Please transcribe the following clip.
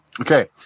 Okay